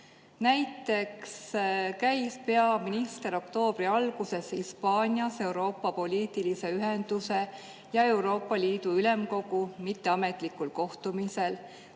Näiteks käis peaminister oktoobri alguses Hispaanias Euroopa poliitilise ühenduse ja Euroopa Liidu Ülemkogu mitteametlikul kohtumisel.